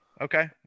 Okay